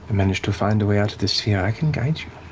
and manage to find a way out of the sphere, i can guide you.